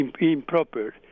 improper